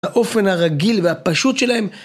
האופן הרגיל והפשוט שלהם.